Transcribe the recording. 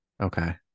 Okay